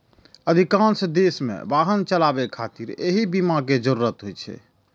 अधिकांश देश मे वाहन चलाबै खातिर एहि बीमा के जरूरत होइ छै